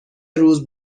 روز